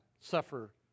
suffer